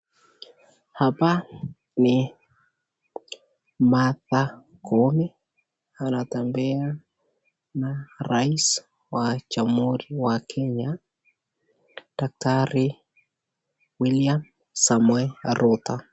Hapa ni Martha Koome. Anatembea na rais wa Jamhuri wa Kenya, Daktari William Samoei Ruto.